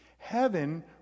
Heaven